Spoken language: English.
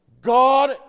God